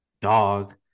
dog